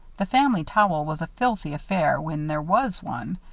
the family towel was a filthy affair when there was one.